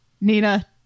Nina